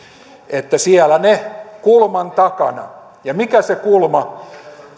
että siellä ne ovat kulman takana mikä se kulma